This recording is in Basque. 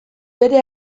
bere